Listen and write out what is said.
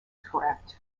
correct